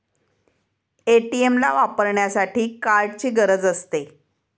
ATM ला वापरण्यासाठी कार्डची गरज असते